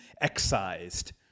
excised